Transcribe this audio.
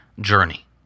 journey